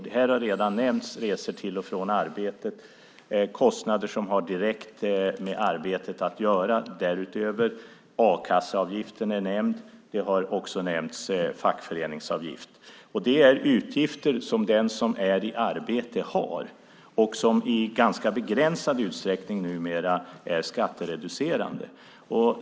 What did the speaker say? Det här har redan nämnts, till exempel resor till och från arbetet, kostnader som har direkt med arbetet att göra, a-kasseavgift och fackföreningsavgift. Det är utgifter som den som är i arbete har och som i ganska begränsad utsträckning numera är skattereducerande.